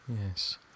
yes